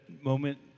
moment